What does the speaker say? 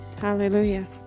Hallelujah